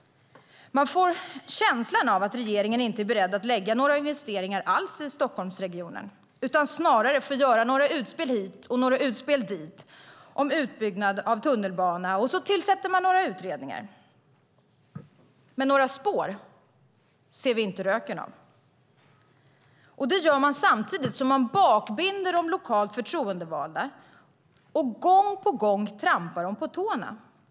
Man får känslan av att regeringen inte är beredd att lägga några investeringar alls i Stockholmsregionen. Snarare får den göra några utspel hit och dit om utbyggnad av tunnelbanan, och sedan tillsätter man några utredningar. Men några spår ser vi inte röken av. Det gör man samtidigt som man bakbinder de lokalt förtroendevalda och gång på gång trampar dem på tårna.